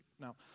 Now